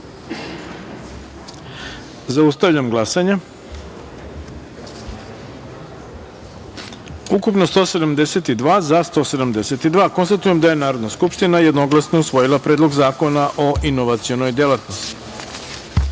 taster. Zaustavljam glasanje: ukupno – 172, za – 172.Konstatujem da je Narodna skupština jednoglasno usvojila Predlog Zakona o inovacionoj delatnosti. Druga